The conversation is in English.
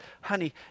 Honey